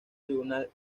tribunal